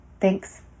Thanks